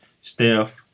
Steph